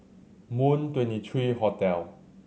Moon Twenty three Hotel